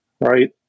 right